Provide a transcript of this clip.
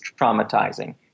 traumatizing